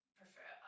prefer